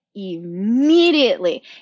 immediately